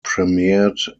premiered